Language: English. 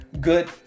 Good